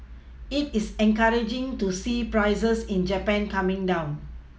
it is encouraging to see prices in Japan coming down